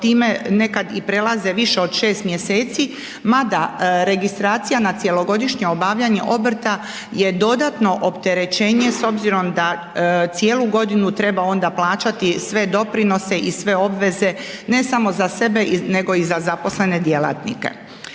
time neka prelaze i više od 6 mjeseci, mada registracija na cjelogodišnje obavljanje obrta je dodatno opterećenje s obzirom da cijelu godinu treba onda plaćati sve doprinose i sve obveze ne samo za sebe nego i za zaposlene djelatnike.